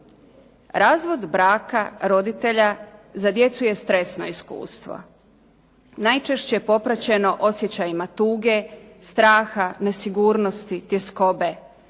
Razvod braka roditelja za djecu je stresno iskustvo najčešće popraćeno osjećajima tuge, straha, nesigurnosti, tjeskobe,